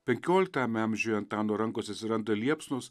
penkioliktame amžiuje antano rankose atsiranda liepsnos